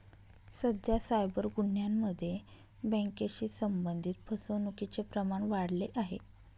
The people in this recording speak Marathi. सध्या सायबर गुन्ह्यांमध्ये बँकेशी संबंधित फसवणुकीचे प्रमाण वाढले आहे